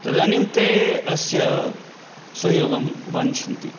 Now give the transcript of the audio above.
तदानीं ते अस्य सहयोगं वाञ्छन्ति